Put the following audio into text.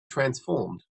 transformed